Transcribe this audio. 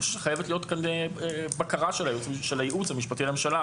אני חושב שחייבת להיות כאן בקרה של הייעוץ המשפטי לממשלה.